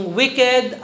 wicked